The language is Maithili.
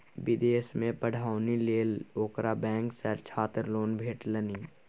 विदेशमे पढ़ौनी लेल ओकरा बैंक सँ छात्र लोन भेटलनि